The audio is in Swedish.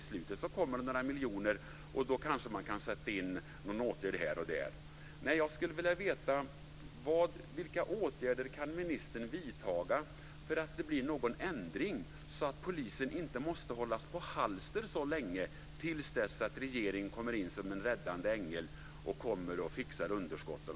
I slutet kommer det några miljoner och då kanske man kan sätta in en åtgärd här och där. Jag skulle vilja veta vilka åtgärder ministern kan vidta för att det ska bli någon ändring så att polisen inte måste hållas på halster till dess att regeringen kommer in som en räddande ängel och fixar underskotten.